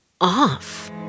off